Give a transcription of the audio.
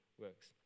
works